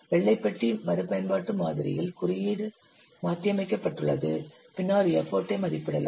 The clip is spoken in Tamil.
வெள்ளை பெட்டி மறுபயன்பாட்டு மாதிரியில் குறியீடு மாற்றியமைக்கப்பட்டுள்ளது பின்னர் எஃபர்ட் ஐ மதிப்பிடலாம்